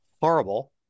horrible